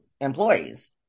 employees